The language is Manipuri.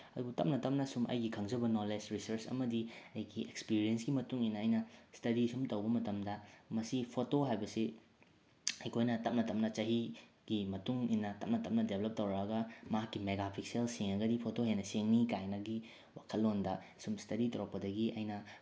ꯑꯗꯨꯕꯨ ꯇꯞꯅ ꯇꯞꯅ ꯁꯨꯝ ꯑꯩꯒꯤ ꯈꯪꯖꯕ ꯅꯣꯂꯦꯖ ꯔꯤꯁꯔꯁ ꯑꯃꯗꯤ ꯑꯩꯒꯤ ꯑꯦꯛꯁꯄꯤꯔꯤꯌꯦꯟꯁꯀꯤ ꯃꯇꯨꯡ ꯏꯟꯅ ꯑꯩ ꯏꯁꯇꯗꯤ ꯁꯨꯝ ꯇꯧꯕ ꯃꯇꯝꯗ ꯃꯁꯤ ꯐꯣꯇꯣ ꯍꯥꯏꯕꯁꯤ ꯑꯩꯈꯣꯏꯅ ꯇꯞꯅ ꯇꯞꯅ ꯆꯍꯤꯒꯤ ꯃꯇꯨꯡ ꯏꯟꯅ ꯇꯞꯅ ꯇꯞꯅ ꯗꯦꯕꯂꯞ ꯇꯧꯔꯛꯑꯒ ꯃꯍꯥꯛꯀꯤ ꯃꯦꯒꯥ ꯄꯤꯛꯁꯦꯜ ꯁꯦꯡꯉꯒꯗꯤ ꯐꯣꯇꯣ ꯍꯦꯟꯅ ꯁꯦꯡꯅꯤ ꯀꯥꯏꯅꯒꯤ ꯋꯥꯈꯜꯂꯣꯟꯗ ꯁꯨꯝ ꯏꯁꯇꯗꯤ ꯇꯧꯔꯛꯄꯗꯒꯤ ꯑꯩꯅ